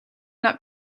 not